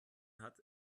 hat